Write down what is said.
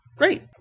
Great